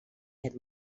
had